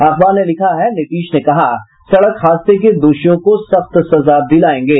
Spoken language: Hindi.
अखबार ने लिखा है नीतीश ने कहा सड़क हादसे के दोषियों को सख्त सजा दिलायेंगे